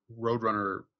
Roadrunner